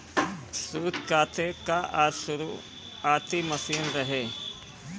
सूत काते कअ शुरुआती मशीन रहे